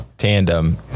tandem